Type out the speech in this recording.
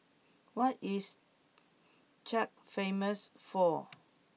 what is Chad famous for